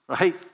right